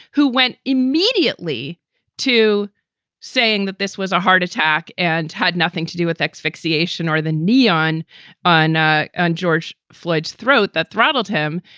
who went immediately to saying that this was a heart attack and had nothing to do with x fixation or the neon on ah and george flitch throat that throttled him.